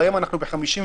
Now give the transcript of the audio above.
והיום אנחנו ב-54